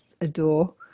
adore